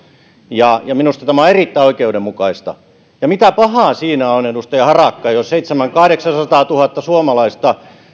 minusta tämä on erittäin oikeudenmukaista mitä pahaa siinä on edustaja harakka jos seitsemänsataatuhatta viiva kahdeksansataatuhatta suomalaista